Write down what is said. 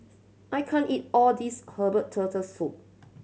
I can't eat all this herbal Turtle Soup